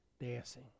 dancing